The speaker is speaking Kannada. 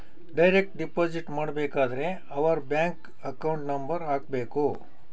ಡೈರೆಕ್ಟ್ ಡಿಪೊಸಿಟ್ ಮಾಡಬೇಕಾದರೆ ಅವರ್ ಬ್ಯಾಂಕ್ ಅಕೌಂಟ್ ನಂಬರ್ ಹಾಕ್ಬೆಕು